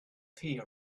tea